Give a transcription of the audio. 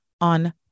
on